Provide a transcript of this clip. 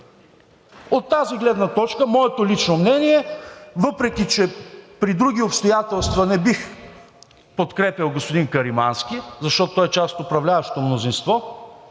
От тази гледна точка моето лично мнение, въпреки че при други обстоятелства не бих подкрепял господин Каримански, защото той е част от управляващото мнозинство